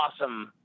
awesome